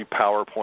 PowerPoint